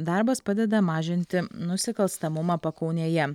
darbas padeda mažinti nusikalstamumą pakaunėje